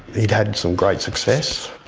he'd had some great success.